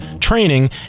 training